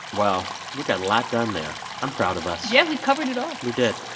well, we got a lot done there. i'm proud of us yeah, we covered it all we did.